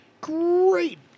great